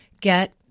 get